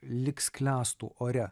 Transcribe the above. lyg sklęstų ore